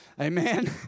Amen